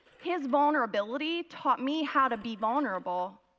his vulnerability taught me how to be vulnerable.